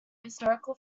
historical